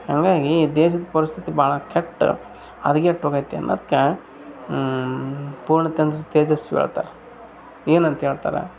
ಹಾಂಗಾಗಿ ದೇಶದ ಪರಿಸ್ಥಿತಿ ಭಾಳ ಕೆಟ್ಟು ಹದಗೆಟ್ಟೂಗೈತಿ ಅನ್ನೋದಕ್ಕೆ ಪೂರ್ಣಚಂದ್ರ ತೇಜಸ್ವಿ ಹೇಳ್ತಾರೆ ಏನಂತೇಳ್ತಾರೆ